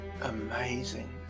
Amazing